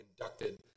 inducted